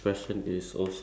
ya